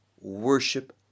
Worship